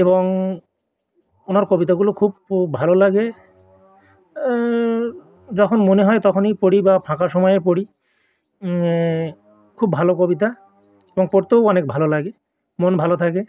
এবং ওনার কবিতাগুলো খুব ভালো লাগে যখন মনে হয় তখনই পড়ি বা ফাঁকা সময়ে পড়ি খুব ভালো কবিতা এবং পড়তেও অনেক ভালো লাগে মন ভালো থাকে